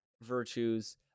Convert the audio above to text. virtues